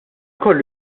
kollu